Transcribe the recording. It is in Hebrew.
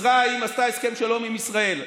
מצרים עשתה הסכם שלום עם ישראל.